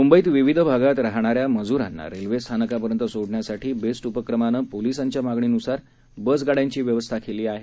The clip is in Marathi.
मुंबईत विविध भागात राहणाऱ्या मजूरांना रेल्वेस्थानकापर्यंत सोडण्यासाठी बेस्ट उपक्रमानं पोलिसांच्या मागणीनुसार बस गाड्यांची व्यवस्था केली आहे